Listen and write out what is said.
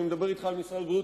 אני מדבר אתך על משרד הבריאות,